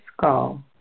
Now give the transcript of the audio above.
skull